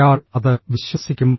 ഒരാൾ അത് വിശ്വസിക്കും